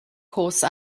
course